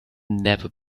never